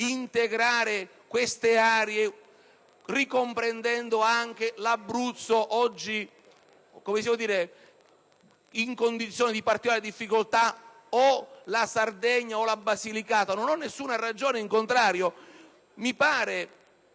integrare queste aree ricomprendendo anche l'Abruzzo, oggi in condizioni di particolare difficoltà, o la Sardegna o la Basilicata: non ho alcuna ragione in contrario; mi pare